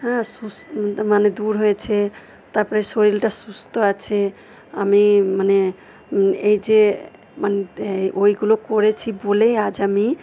হ্যাঁ মানে দূর হয়েছে তারপরে শরীরটা সুস্থ আছে আমি মানে এই যে মানে ওইগুলো করেছি বলেই আজ আমি